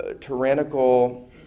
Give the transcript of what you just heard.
tyrannical